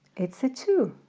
it's a two.